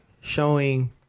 showing